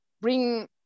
bring